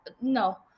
no